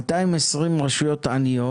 220 רשויות עניות,